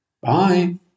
Bye